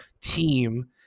team